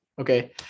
okay